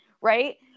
right